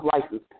license